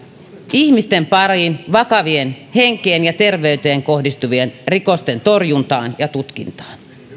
ihmisten pariin vakavien henkeen ja terveyteen kohdistuvien rikosten torjuntaan ja tutkintaan